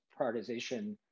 prioritization